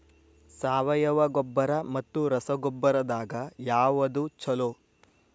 ಸಾವಯವ ಗೊಬ್ಬರ ಮತ್ತ ರಸಗೊಬ್ಬರದಾಗ ಯಾವದು ಛಲೋ?